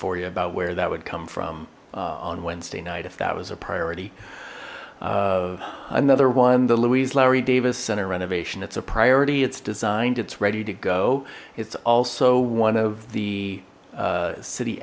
you about where that would come from on wednesday night if that was a priority another one the louise larry davis center renovation it's a priority it's designed it's ready to go it's also one of the city